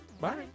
bye